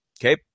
Okay